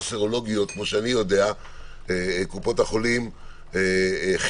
הסרולוגיות כמו שאני יודע קופות החולים כיוונו